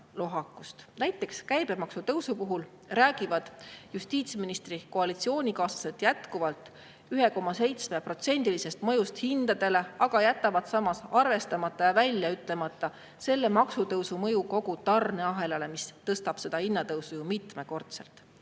Näiteks käibemaksutõusu puhul räägivad justiitsministri koalitsioonikaaslased jätkuvalt 1,7%-lisest mõjust hindadele, aga jätavad arvestamata ja välja ütlemata maksutõusu mõju kogu tarneahelale, mis tõstab hinnatõusu mitmekordselt.Me